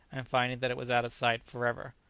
and finding that it was out of sight for ever.